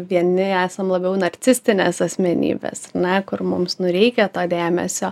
vieni esam labiau narcisistinės asmenybės ar ne kur mums nereikia to dėmesio